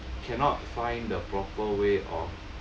cannot find the proper way of